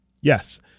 Yes